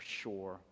sure